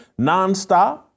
nonstop